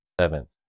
seventh